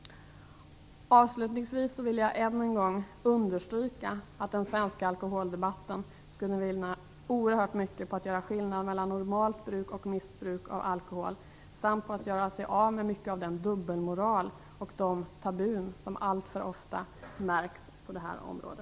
Avslutningsvis vill jag än en gång understryka att den svenska alkoholdebatten skulle vinna oerhört mycket på att göra skillnad mellan normalt bruk och missbruk av alkohol samt att göra sig av med mycket av den dubbelmoral och de tabun som alltför ofta märks på detta område.